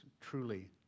truly